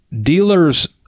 Dealers